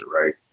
right